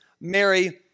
Mary